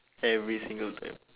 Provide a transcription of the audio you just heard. every single time